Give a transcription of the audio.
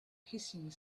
hissing